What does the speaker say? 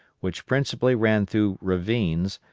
which principally ran through ravines,